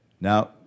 Now